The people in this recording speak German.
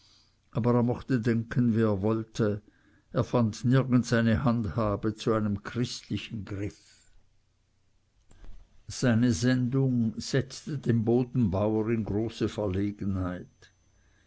aber er mochte denken wie er wollte er fand nirgends eine handhabe zu einem christlichen griff seine sendung setzte den bodenbauer in große verlegenheit